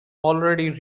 already